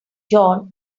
john